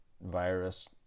virus